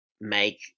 make